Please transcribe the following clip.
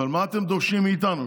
אבל מה אתם דורשים מאיתנו,